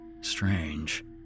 Strange